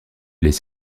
les